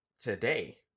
today